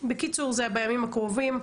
בקיצור זה בימים הקרובים,